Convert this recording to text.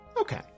Okay